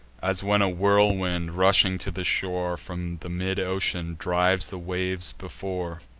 as when a whirlwind, rushing to the shore from the mid ocean, drives the waves before